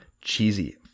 cheesy